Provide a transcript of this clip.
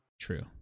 True